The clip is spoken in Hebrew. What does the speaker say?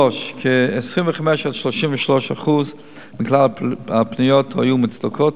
3. 25% 33% מכלל הפניות היו מוצדקות,